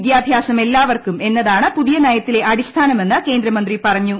വിദ്യാഭ്യാസം എല്ലാവർക്കും എന്നതാണ് പുതിയ നയത്തിലേ അടിസ്ഥാനമെന്ന് കേന്ദ്ര മന്ത്രി പറഞ്ഞു